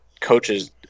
coaches